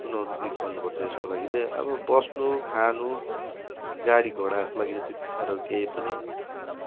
चुनौती गर्नुपर्छ यसको लागि चाहिँ अब बस्नु खानु गाडी घोडाको लागि चाहिँ त्यति साह्रो केही पनि